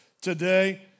today